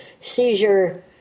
seizure